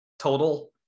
total